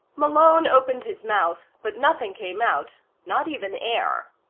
malone opened his mouth, but nothing came out. not even air.